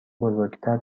بزرگتر